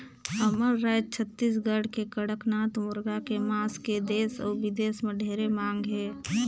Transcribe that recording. हमर रायज छत्तीसगढ़ के कड़कनाथ मुरगा के मांस के देस अउ बिदेस में ढेरे मांग हे